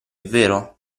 vero